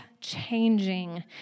changing